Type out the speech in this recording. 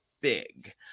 big